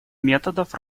методов